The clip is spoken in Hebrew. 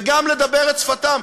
וגם לדבר את שפתם.